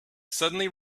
suddenly